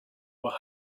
were